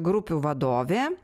grupių vadovė